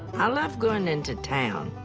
i love going into town.